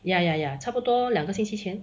ya ya ya 差不多两个星期前